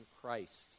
Christ